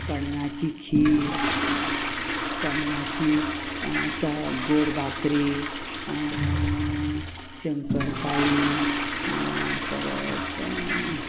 कणगाची खीर कणगाची च गोड भाकरी शंकर पाळी परत